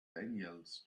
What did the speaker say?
daniels